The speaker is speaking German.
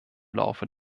laufe